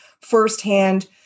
firsthand